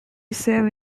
seven